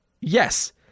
Yes